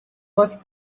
was